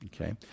Okay